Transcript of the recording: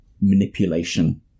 manipulation